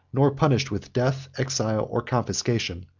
nor punished with death, exile, or confiscation,